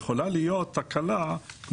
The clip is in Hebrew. אז יכולה להיות תקלה טכנית במערכת הגז,